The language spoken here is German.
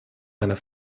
meiner